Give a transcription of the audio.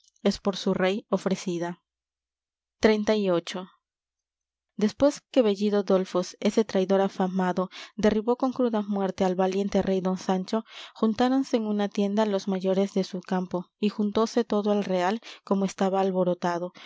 es por su rey ofrecida xxxviii después que bellido dolfos ese traidor afamado derribó con cruda muerte al valiente rey don sancho juntáronse en una tienda los mayores de su campo y juntóse todo el real como estaba alborotado